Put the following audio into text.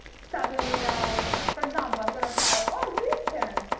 subliminal. for example, i'm going to tell, oh christian,